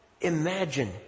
Imagine